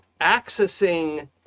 accessing